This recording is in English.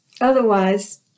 otherwise